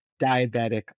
diabetic